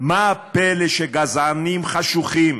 מה הפלא שגזענים חשוכים